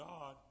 God